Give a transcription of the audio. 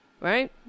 Right